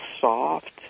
soft